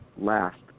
last